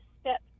step